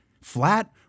Flat